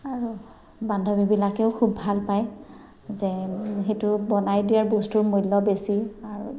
আৰু বান্ধৱীবিলাকেও খুব ভাল পায় যে সেইটো বনাই দিয়াৰ বস্তুৰ মূল্য বেছি আৰু